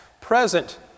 present